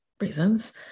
reasons